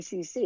ACC